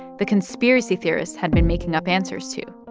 the conspiracy theorists had been making up answers to.